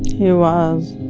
he was